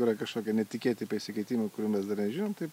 yra kažkokie netikėti pasikeitimai kurių mes dar nežinom taip